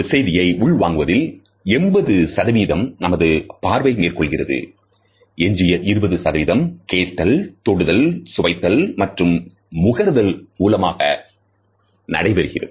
ஒரு செய்தியை உள் வாங்குவதில் 80சதவீதம் நமது பார்வை மேற்கொள்கிறது எஞ்சிய 20 சதவீதம் கேட்டல் தொடுதல் சுவைத்தல் மற்றும் முகர்தல் மூலமாக நடைபெறுகிறது